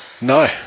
No